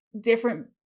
different